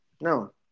No